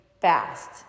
fast